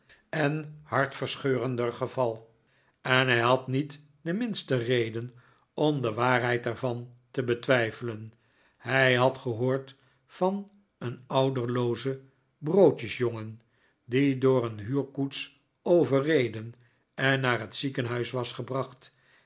en hartverscheurender geval en hij had niet de minste reden om de waarheid er van te betwijfelen hij had gehoord van een ouderloozen broodjesjongen die door een huurkoets overreden en naar het ziekenhuis was gebracht